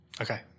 Okay